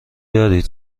دارید